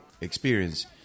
experience